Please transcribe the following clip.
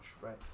right